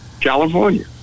California